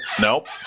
nope